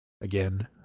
Again